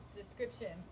description